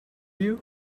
you